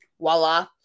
voila